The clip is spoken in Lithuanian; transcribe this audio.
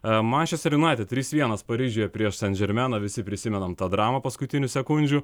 mančester junaited trys vienas paryžiuje prieš san džermena visi prisimenam tą dramą paskutinių sekundžių